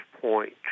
Point